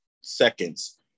seconds